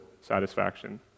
satisfaction